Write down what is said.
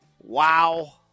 Wow